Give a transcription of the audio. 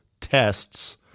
tests